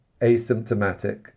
asymptomatic